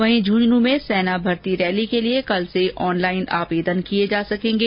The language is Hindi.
वहीं झुन्झुनू में सेना भर्ती रैली के कल से ऑनलाइन आर्वदन किये जा सकेंगे